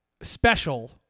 special